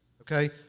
okay